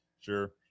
Sure